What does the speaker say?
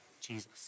Jesus